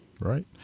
Right